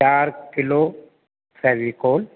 چار کلو فیوی کول